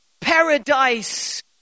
paradise